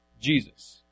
Jesus